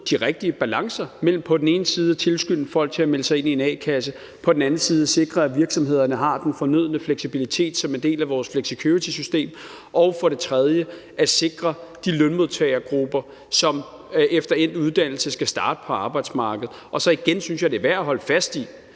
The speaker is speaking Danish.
de rigtige balancer mellem på den ene side at tilskynde folk til at melde sig ind i en a-kasse og på den anden side at sikre, at virksomhederne har den fornødne fleksibilitet som en del af vores flexicuritysystem, og derudover at sikre de lønmodtagergrupper, som efter endt uddannelse skal starte på arbejdsmarkedet. Og igen synes jeg, det er værd at holde fast i,